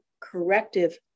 corrective